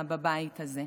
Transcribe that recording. בבית הזה.